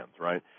right